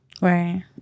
Right